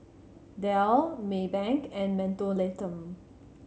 Dell Maybank and Mentholatum